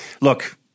Look